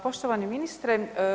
Poštovani ministre.